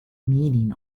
meaning